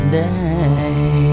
day